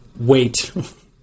wait